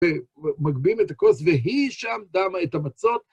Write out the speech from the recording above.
ומגביהים את הכוס והיא שם שמה את המצות.